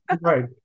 right